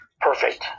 perfect